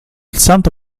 santo